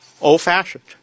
old-fashioned